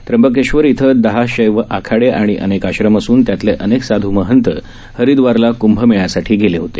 त्रंबकेश्वर इथं दहा शैव आखाडे आणि अनेक आश्रम असून त्यातले अनेक साधू महंत हरिदवारला कूंभमेळ्यासाठी गेले होते